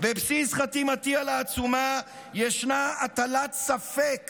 בבסיס חתימתי על העצומה ישנה הטלת ספק